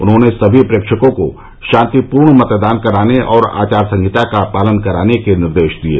उन्होंने सभी प्रेक्षकों को शांतिपूर्ण मतदान कराने और आचार संहिता का पालन कराने के निर्देश दिये